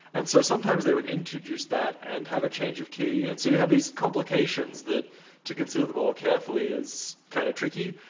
and, so, sometimes, they would introduce that and a have a change of key. and, so, you have these complications that to consider them all carefully is kinda tricky.